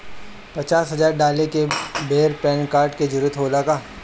पचास हजार डाले के बेर पैन कार्ड के जरूरत होला का?